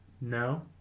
No